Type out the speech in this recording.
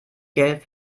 geld